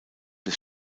des